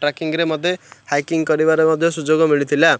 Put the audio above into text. ଟ୍ରାକିଙ୍ଗରେ ମତେ ହାଇକିଙ୍ଗ କରିବାରେ ମଧ୍ୟ ସୁଯୋଗ ମିଳିଥିଲା